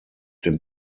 dem